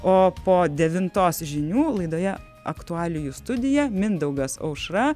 o po devintos žinių laidoje aktualijų studija mindaugas aušra